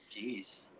jeez